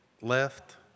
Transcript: left